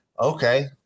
okay